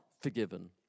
forgiven